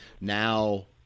now